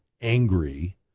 Angry